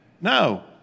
No